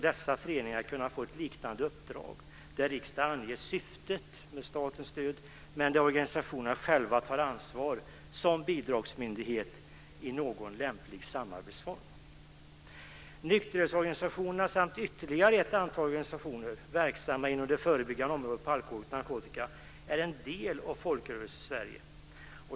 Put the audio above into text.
Dessa föreningar borde kunna få ett liknande uppdrag där riksdagen anger syftet med statens stöd och där organisationerna själva tar ansvar som bidragsmyndighet i någon lämplig samarbetsform. Nykterhetsorganisationerna samt ytterligare ett antal organisationer verksamma inom det förebyggande området när det gäller alkohol och narkotika är en del av Folkrörelsesverige.